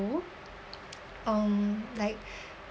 um like